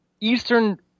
Eastern